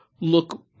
look